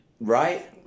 Right